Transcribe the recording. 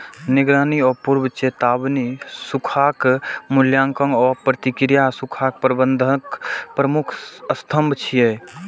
निगरानी आ पूर्व चेतावनी, सूखाक मूल्यांकन आ प्रतिक्रिया सूखा प्रबंधनक प्रमुख स्तंभ छियै